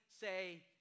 say